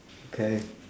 okay